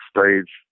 stage